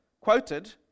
quoted